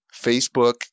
Facebook